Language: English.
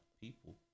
people